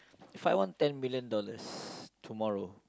find one ten million dollars tomorrow